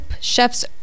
chef's